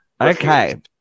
Okay